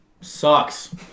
Sucks